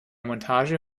montage